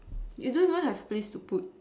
you don't even have place to put